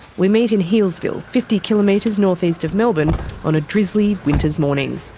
we meet in healesville, fifty kilometres north east of melbourne on a drizzly winter's morning.